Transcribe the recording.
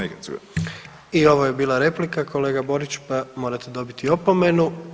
I ovo je bila replika kolega Borić pa morate dobiti opomenu.